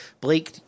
Blake